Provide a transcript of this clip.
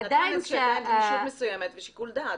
יש גמישות מסוימת ושיקול דעת.